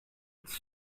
its